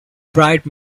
bright